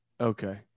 Okay